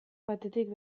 batetik